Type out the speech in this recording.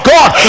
God